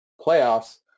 playoffs